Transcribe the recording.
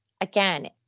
again